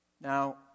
Now